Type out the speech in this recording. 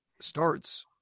starts